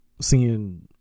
seeing